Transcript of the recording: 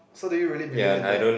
so do you really believe in that